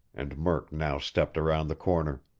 and murk now stepped around the corner.